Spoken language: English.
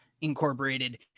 Incorporated